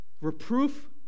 Reproof